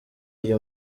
iyi